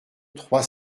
trois